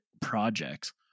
projects